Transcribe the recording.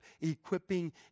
equipping